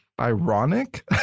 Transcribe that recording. ironic